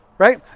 Right